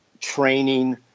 training